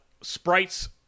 sprites